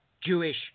Jewish